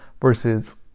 versus